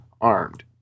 armed